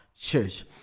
Church